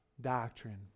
doctrine